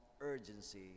urgency